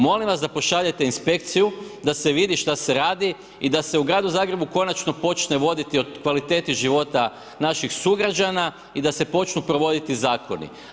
Molim vas da pošaljete inspekciju, da se vidi šta se radi i da se u gradu Zagrebu konačno počne voditi o kvaliteti života naših sugrađana i da se počnu provoditi zakoni.